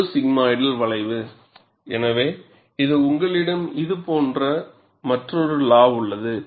முழு சிக்மாய்டல் வளைவு எனவே உங்களிடம் இது போன்ற மற்றொரு லா உள்ளது